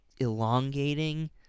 elongating